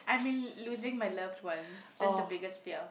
I mean losing my loved ones that's the biggest fear